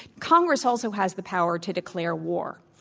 congress also has the power to declare war.